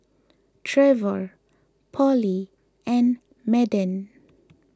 Trevor Polly and Madden